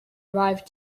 arrived